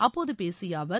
அப்போது பேசிய அவர்